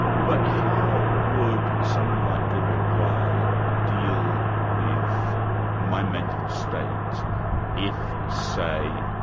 but how would somebody like gilbert ryle deal with my mental state if say,